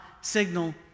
signal